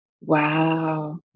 Wow